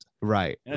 Right